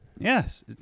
yes